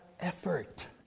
effort